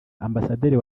ambasaderi